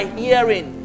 hearing